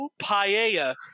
paella